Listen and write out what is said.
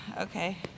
Okay